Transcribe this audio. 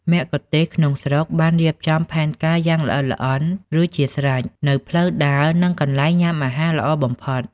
មគ្គុទ្ទេសក៍ក្នុងស្រុកបានរៀបចំផែនការយ៉ាងល្អិតល្អន់រួចជាស្រេចនូវផ្លូវដើរ និងកន្លែងញ៉ាំអាហារល្អបំផុត